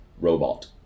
robot